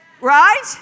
Right